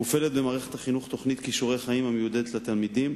מופעלת במערכת החינוך תוכנית "כישורי חיים" המיועדת לתלמידים